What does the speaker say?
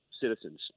citizens